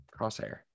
crosshair